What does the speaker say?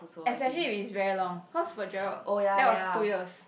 especially if it's very long cause for Gerald that was two years